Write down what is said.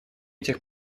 этих